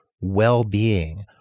well-being